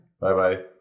Bye-bye